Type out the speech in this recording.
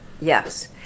Yes